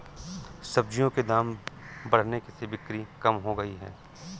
सब्जियों के दाम बढ़ने से बिक्री कम हो गयी है